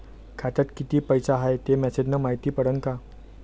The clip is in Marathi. खात्यात किती पैसा हाय ते मेसेज न मायती पडन का?